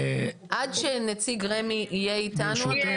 עד שנציג רמ"י יהיה איתנו --- אני רוצה